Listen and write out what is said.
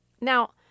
Now